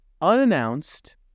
unannounced